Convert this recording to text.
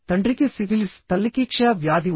తండ్రికి సిఫిలిస్ తల్లికి క్షయ వ్యాధి ఉంది